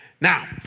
Now